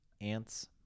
Ant's